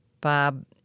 Bob